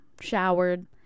showered